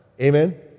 Amen